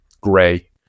gray